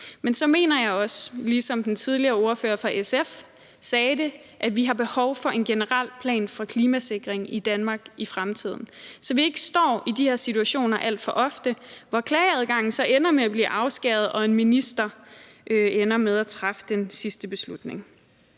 Men så mener jeg også, som ordføreren for SF tidligere sagde det, at vi har behov for en generel plan for klimasikring i Danmark i fremtiden, så vi ikke står i de situationer alt for ofte, hvor klageadgangen ender med at blive afskåret og en minister ender med at træffe den sidste beslutning.